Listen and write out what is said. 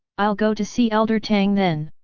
i'll go to see elder tang then.